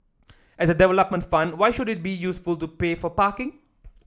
as a development fund why should it be useful to pay for parking